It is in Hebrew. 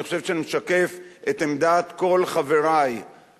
ואני חושב שאני משקף את עמדת כל חברי בקואליציה,